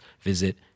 visit